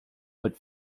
but